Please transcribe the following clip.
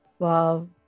Wow